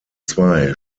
zwei